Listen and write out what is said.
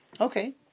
Okay